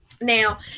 Now